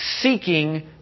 Seeking